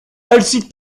alcide